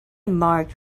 marked